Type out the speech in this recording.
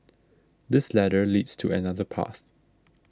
this ladder leads to another path